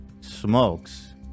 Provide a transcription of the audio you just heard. smokes